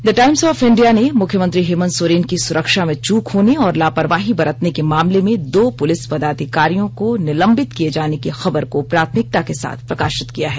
the Times of India ने मुख्यमंत्री हेमंत सोरेन की सुरक्षा में चूक होने और लापरवाही बरतने वहीं के मामले में दो पुलिस पदाधिकारियों को निलंबित किये जाने की खंबर को प्राथमिकता के साथ प्रकाशित किया है